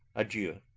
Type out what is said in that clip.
adieu!